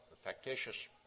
factitious